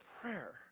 prayer